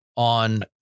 on